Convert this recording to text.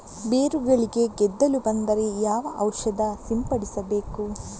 ಬೇರುಗಳಿಗೆ ಗೆದ್ದಲು ಬಂದರೆ ಯಾವ ಔಷಧ ಸಿಂಪಡಿಸಬೇಕು?